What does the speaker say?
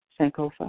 Sankofa